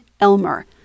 Elmer